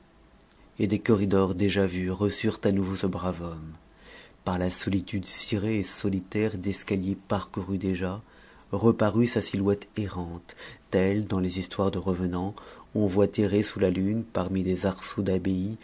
et des corridors déjà vus reçurent à nouveau ce brave homme par la solitude cirée et solitaire d'escaliers parcourus déjà reparut sa errante telle dans les histoires de revenants on voit errer sous la lune parmi des arceaux d'abbaye